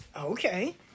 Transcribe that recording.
Okay